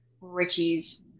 Richie's